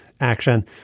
action